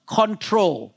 control